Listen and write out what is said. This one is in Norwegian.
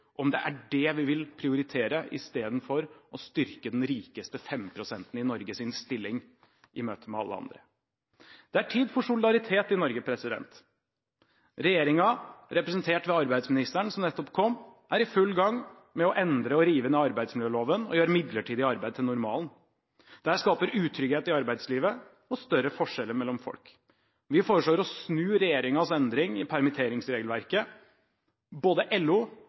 om det er det vi vil prioritere, istedenfor å styrke de 5 pst. rikeste i Norge og deres stilling i møte med alle andre. Det er tid for solidaritet i Norge. Regjeringen, representert ved arbeidsministeren, som nettopp kom, er i full gang med å endre og rive ned arbeidsmiljøloven og gjøre midlertidig arbeid til normalen. Dette skaper utrygghet i arbeidslivet og større forskjeller mellom folk. Vi foreslår å snu regjeringens endring i permitteringsregelverket. Både LO